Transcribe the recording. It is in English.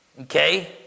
Okay